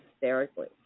hysterically